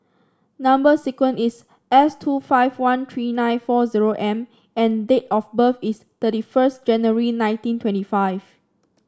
number sequence is S two five one three nine four zero M and date of birth is thirty first January nineteen twenty five